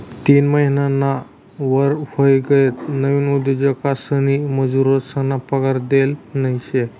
तीन महिनाना वर व्हयी गयात नवीन उद्योजकसनी मजुरेसना पगार देल नयी शे